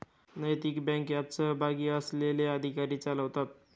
नैतिक बँक यात सहभागी असलेले अधिकारी चालवतात